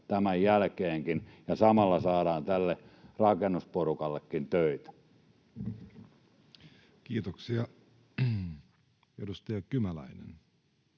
tämän jälkeenkin, ja samalla saadaan tälle rakennusporukallekin töitä. [Speech 439] Speaker: